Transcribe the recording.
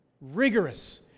rigorous